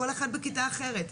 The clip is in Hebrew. כל אחד בכיתה אחרת.